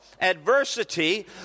Adversity